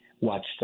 watched